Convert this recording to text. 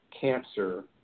cancer